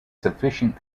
sufficient